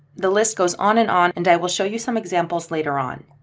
the list goes on and on. and i will show you some examples later on.